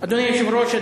אדוני היושב-ראש,